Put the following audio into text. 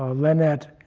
ah lenet